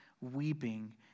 weeping